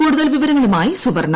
കൂടുതൽ വിവരങ്ങളുമായി സ്ടുവർണ്ണ